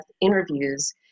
interviews